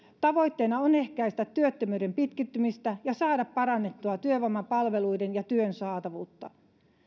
tavoitteena on ehkäistä työttömyyden pitkittymistä ja saada parannettua työvoimapalveluiden ja työn saatavuutta